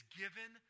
given